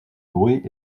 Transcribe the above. bruit